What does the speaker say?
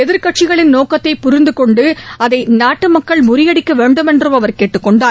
எதிர்க்கட்சிகளின் நோக்கத்தை புரிந்து கொண்டு அதை நாட்டு மக்கள் முறியடிக்க வேண்டுமென்றும் அவர் கேட்டுக் கொண்டார்